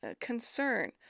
concern